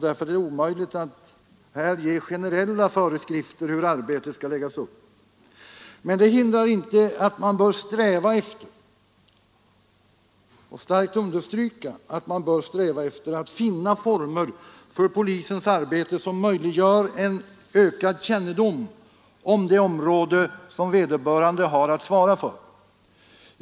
Därför är det omöjligt att utfärda generella föreskrifter om hur arbetet skall läggas upp, men det hindrar inte att man bör sträva efter — det vill jag starkt understryka — att finna former för polisens arbete som möjliggör en ökad kännedom om det område som vederbörande har att svara för.